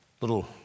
little